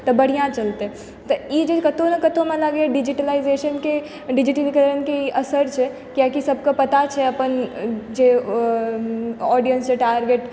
तऽ बढ़िऑं चलतै तऽ ई जे कतौ नहि कतौ हमरा लागै यऽ ई डिजिटलाइजेशन के डिजिटलीकरण के ई असर छै कियाकि सबके पता छै अपन जे ऑडियंस के टारगेट